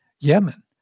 Yemen